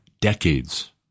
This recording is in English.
decades